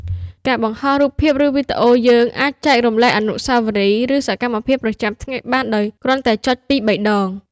ការបង្ហោះរូបភាព ឬវីដេអូយើង អាចចែករំលែកអនុស្សាវរីយ៍ ឬសកម្មភាពប្រចាំថ្ងៃបានដោយគ្រាន់តែចុចពីរបីដង។